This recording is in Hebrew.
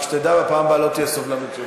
רק שתדע, בפעם הבאה לא תהיה שוב סובלנות.